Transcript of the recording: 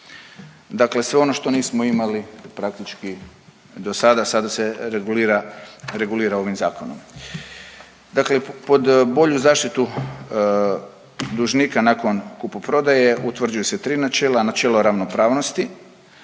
Dakle, sve ono što nismo imali praktički do sada, sada se regulira ovim zakonom. Dakle, pod bolju zaštitu dužnika nakon kupoprodaje utvrđuju se tri načela – načelo ravnopravnosti,